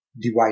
divide